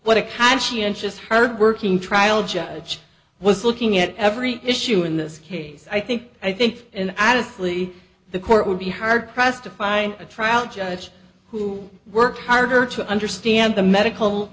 what a conscientious hardworking trial judge was looking at every issue in this case i think i think out of plea the court would be hard pressed to find a trial judge who works harder to understand the